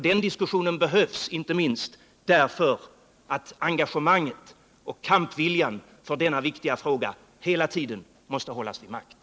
Den diskussionen behövs, inte minst därför att engagemanget och kampviljan för denna viktiga fråga hela tiden måste hållas vid makt.